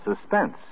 Suspense